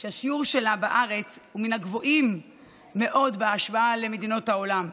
שהשיעור שלה בארץ הוא מן הגבוהים מאוד בהשוואה למדינות העולם,